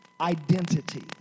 identity